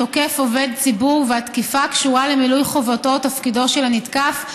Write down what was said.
התוקף עובד ציבור והתקיפה קשורה למילוי חובתו או תפקידו של הנתקף,